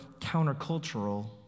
countercultural